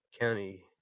County